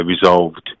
resolved